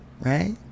right